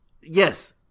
yes